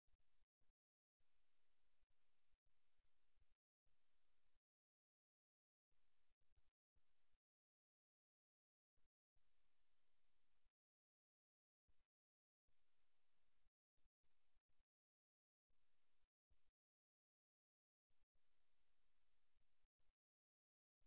முதலில் உரையாடலில் இருந்த இரண்டு நபர்கள் ஒரு மூடிய மனப்பான்மையுடன் தொடர்ந்தால் கால்கள் அல்லது கால்களின் நிலையை ஒரு சிறிய அசைவு கூட இல்லாவிட்டால் மற்ற நபர் முற்றிலும் தனிமை பட்டவராக உணர்கிறார் இந்த நிலையில் பங்கேற்பது சாத்தியமில்லை